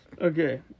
Okay